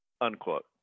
unquote